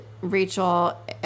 Rachel